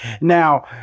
Now